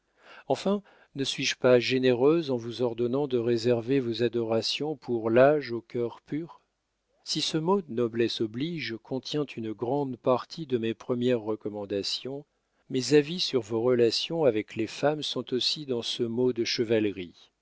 enfin ne suis-je pas généreuse en vous ordonnant de réserver vos adorations pour l'ange au cœur pur si ce mot noblesse oblige contient une grande partie de mes premières recommandations mes avis sur vos relations avec les femmes sont aussi dans ce mot de chevalerie